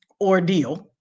ordeal